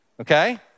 okay